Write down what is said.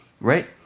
Right